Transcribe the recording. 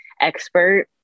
expert